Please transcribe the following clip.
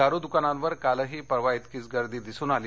दारू द्कानांवर कालही परवा इतकीच गर्दी दिसून आली